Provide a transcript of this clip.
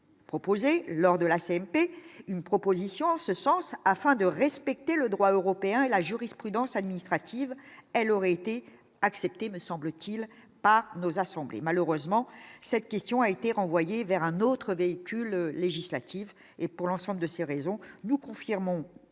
Proposé lors de la CMP, une proposition en ce sens afin de respecter le droit européen et la jurisprudence administrative, elle aurait été acceptée, me semble-t-il, pas nos assemblées, malheureusement, cette question a été renvoyée vers un autre véhicule législatif et pour l'ensemble de ses réseaux, nous confirmons